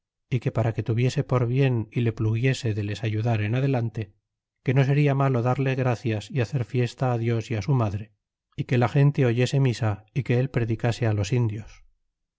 é que para que tuviese por bien y le pluguiese de les ayudar en adelante que no seria malo darle gracias y hacer fiesta dios y su madre é que la gente oyese misa y que él predicase filos indios